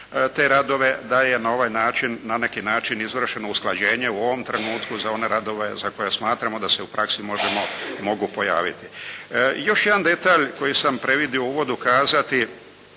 te radove, da je ovaj način, na neki način izvršeno usklađenje u ovom trenutku za one radove za koje smatramo da se u praksi možemo, mogu pojaviti. Još jedan detalj koji sam previdio u uvodu kazati,